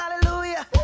hallelujah